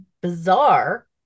bizarre